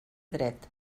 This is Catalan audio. dret